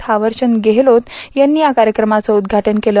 धावरचंद गेहलोत यांनी या कार्यक्रमाचं उद्घाटन केलं